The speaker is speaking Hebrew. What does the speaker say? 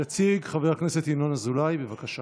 יציג חבר הכנסת ינון אזולאי, בבקשה.